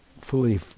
fully